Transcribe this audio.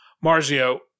Marzio